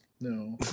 no